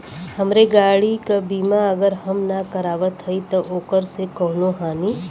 हमरे गाड़ी क बीमा अगर हम ना करावत हई त ओकर से कवनों हानि?